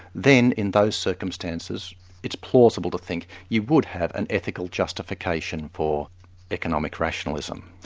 then in those circumstances it's plausible to think you would have an ethical justification for economic rationalism.